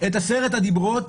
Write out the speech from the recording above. את עשרת הדיברות,